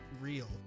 real